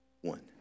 One